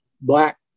black